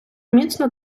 міцно